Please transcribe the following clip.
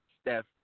Steph